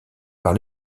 par